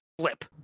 flip